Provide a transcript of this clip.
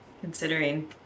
Considering